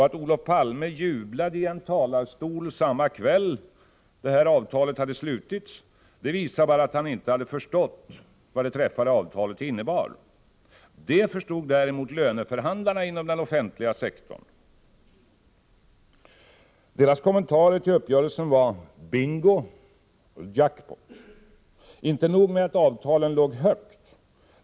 Att Olof Palme jublade i en talarstol samma kväll avtalet slutits visade bara att han inte förstått vad avtalet innebar. Det förstod däremot löneförhandlarna inom den offentliga sektorn. Deras kommentarer till uppgörelsen var ”bingo” och ”jackpot”. Inte nog med att avtalen låg högt.